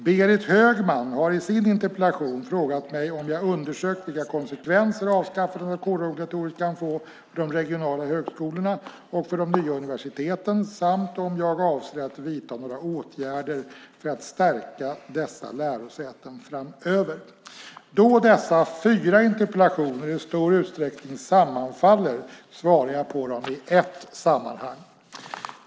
Berit Högman har i sin interpellation frågat mig om jag undersökt vilka konsekvenser avskaffandet av kårobligatoriet kan få för de regionala högskolorna och för de nya universiteten samt om jag avser att vidta några åtgärder för att stärka dessa lärosäten framöver. Då dessa fyra interpellationer i stor utsträckning sammanfaller svarar jag på dem i ett sammanhang.